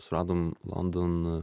suradom london